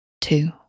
two